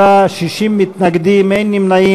27 בעד, 60 מתנגדים, אין נמנעים.